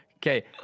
Okay